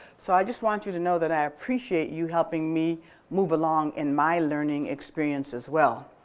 so i just wanted you to know that i appreciate you helping me move along in my learning experience as well.